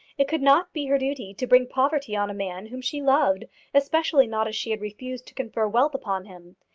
it could not be her duty to bring poverty on a man whom she loved especially not as she had refused to confer wealth upon him.